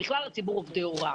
בכלל על ציבור עובדי ההוראה.